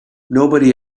nobody